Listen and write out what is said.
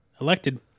elected